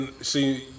see